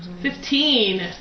Fifteen